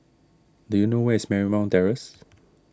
do you know where is Marymount Terrace